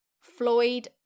Floyd